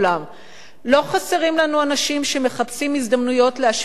לא חסרים לנו אנשים שמחפשים הזדמנויות להשמיץ את ישראל.